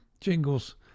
jingles